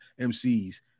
MCs